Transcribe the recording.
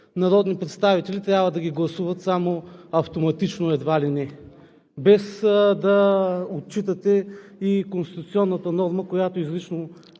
народни представители трябва само да ги гласуват автоматично едва ли не, без да отчитате и конституционната норма, която изрично